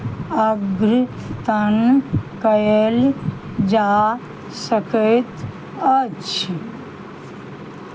अद्यतन कयल जा सकैत अछि